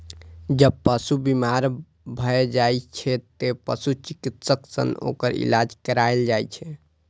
जब पशु बीमार भए जाइ छै, तें पशु चिकित्सक सं ओकर इलाज कराएल जाइ छै